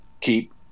keep